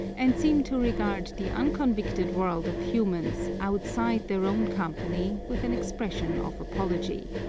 and seem to regard the unconvicted world of humans outside their own company with an expression of apology.